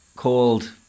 called